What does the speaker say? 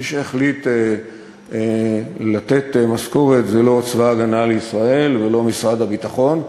מי שהחליט לתת משכורת זה לא צבא הגנה לישראל ולא משרד הביטחון,